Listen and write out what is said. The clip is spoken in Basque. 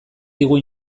digu